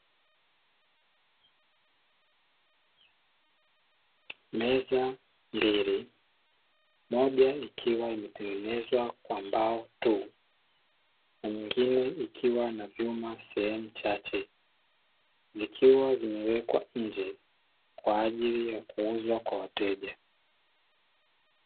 Meza mbili , Moja ikiwa imetengenezewa kwa mbao tu, nyingine zikiwa na vyuma sehemu chache, ikiwa zimewekwa nje kwa ajili ya kuuzwa kwa wateja.